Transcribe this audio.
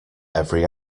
every